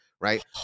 right